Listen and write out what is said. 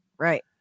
Right